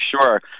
sure